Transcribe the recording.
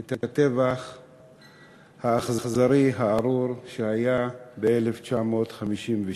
את הטבח האכזרי, הארור, שהיה ב-1956.